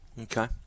Okay